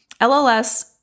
LLS